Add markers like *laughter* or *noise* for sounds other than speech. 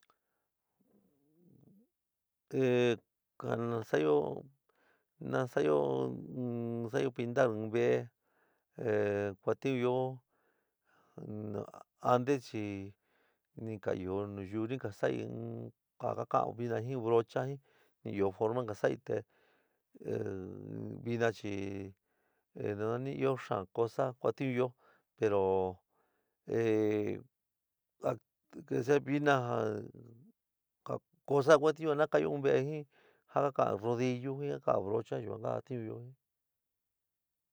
Eh kanasa'ayo nasa'ayo in nasa'ayo pintar in ve'é *hesitation* kuatiunyó antes chi ni ka ɨó nayuú ni ka sa'ɨí in ja ka ka'an vina jɨn brocha jɨn, ɨó forma ni ka sa'ai te ehh vina chi nanani ɨó xaán cosa kuatiunyó pero ehh *unintelligible* vina ja cosa kuantiunyó ja nakai'iyo in ve'é jin ja ka kaan rodillú jɨn ka ka'an brocha yuan ka jatiunyó jɨn.